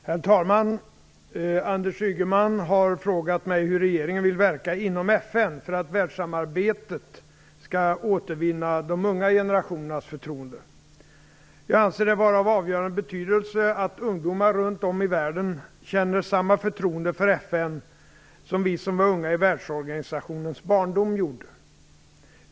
Herr talman! Anders Ygeman har frågat mig hur regeringen vill verka inom FN för att världssamarbetet skall återvinna de unga generationernas förtroende. Jag anser det vara av avgörande betydelse att ungdomar runt om i världen känner samma förtroende för FN som vi som var unga i världsorganisationens barndom gjorde.